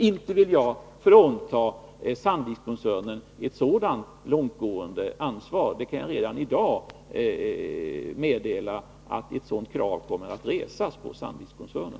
Inte vill jag frånta Sandvikskoncernen ett så långtgående ansvar. Jag kan redan i dag meddela att ett sådant krav kommer att resas på Sandvikskoncernen.